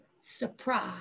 surprise